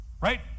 right